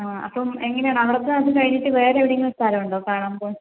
ആ അപ്പം എങ്ങനെയാണ് അവിടുത്തെ ഇത് കഴിഞ്ഞിട്ട് വേറെ എവിടേലും സ്ഥലമുണ്ടോ കാണാൻ പോവാൻ